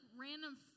random